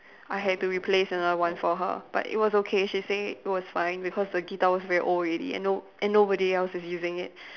I had to replace another one for her but it was okay she say it was fine because the guitar was very old already and no and nobody else is using it